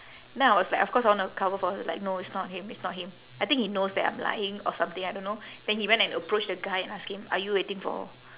then I was like of course I wanna cover for her like no it's not him it's not him I think he knows that I'm lying or something I don't know then he went and approach the guy and ask him are you waiting for